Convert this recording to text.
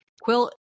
Quill